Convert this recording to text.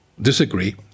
disagree